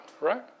right